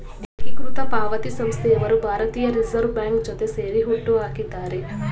ಏಕೀಕೃತ ಪಾವತಿ ಸಂಸ್ಥೆಯವರು ಭಾರತೀಯ ರಿವರ್ಸ್ ಬ್ಯಾಂಕ್ ಜೊತೆ ಸೇರಿ ಹುಟ್ಟುಹಾಕಿದ್ದಾರೆ